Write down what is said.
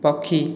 ପକ୍ଷୀ